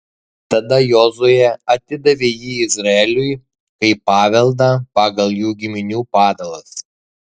tada jozuė atidavė jį izraeliui kaip paveldą pagal jų giminių padalas